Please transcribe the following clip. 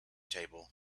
table